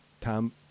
Tom